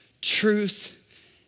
Truth